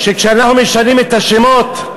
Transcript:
שכשאנחנו משנים את השמות,